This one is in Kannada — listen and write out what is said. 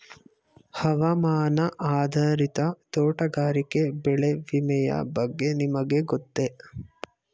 ಹವಾಮಾನ ಆಧಾರಿತ ತೋಟಗಾರಿಕೆ ಬೆಳೆ ವಿಮೆಯ ಬಗ್ಗೆ ನಿಮಗೆ ಗೊತ್ತೇ?